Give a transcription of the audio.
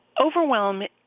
overwhelm